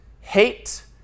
hate